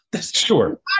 Sure